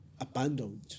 abandoned